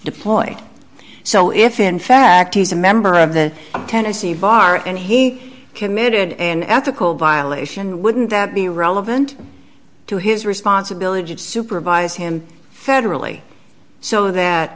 deployed so if in fact he's a member of the tennessee bar and he committed an ethical violation wouldn't that be relevant to his responsibility to supervise him federally so that